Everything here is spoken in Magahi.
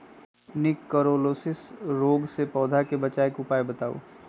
निककरोलीसिस रोग से पौधा के बचाव के उपाय बताऊ?